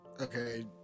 Okay